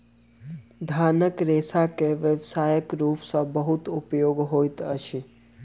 धानक रेशा के व्यावसायिक रूप सॅ बहुत उपयोग होइत अछि